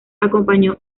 acompañó